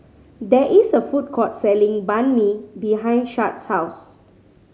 there is a food court selling Banh Mi behind Shad's house